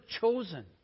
chosen